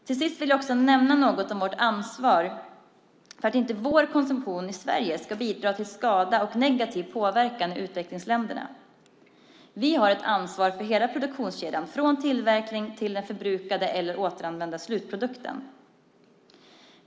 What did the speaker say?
Slutligen vill jag säga några ord om vårt ansvar för att inte vår konsumtion, i Sverige, ska bidra till skada och negativ påverkan i utvecklingsländerna. Vi har ett ansvar för hela produktionskedjan, från tillverkning till den förbrukade eller återanvända slutprodukten.